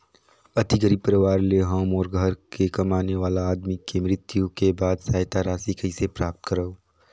अति गरीब परवार ले हवं मोर घर के कमाने वाला आदमी के मृत्यु के बाद सहायता राशि कइसे प्राप्त करव?